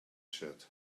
said